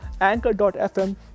anchor.fm